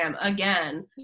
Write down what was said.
again